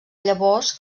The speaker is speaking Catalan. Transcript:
llavors